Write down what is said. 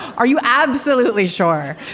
are you absolutely sure?